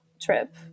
trip